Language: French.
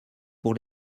pour